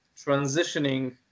transitioning